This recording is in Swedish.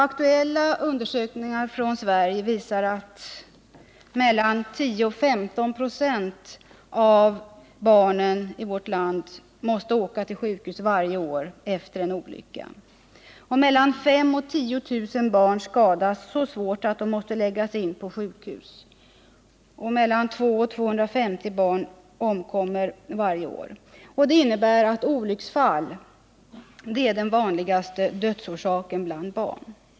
Aktuella undersökningar från Sverige visar att mellan 10 och 15 926 av barnen i vårt land måste åka till sjukhus varje år efter en olycka. Mellan 5 000 och 10 000 barn skadas så svårt att de måste läggas in på sjukhus. 200-250 barn omkommer varje år. Det innebär att olycksfallen är den vanligaste dödsorsaken bland barnen.